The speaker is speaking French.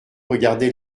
regardait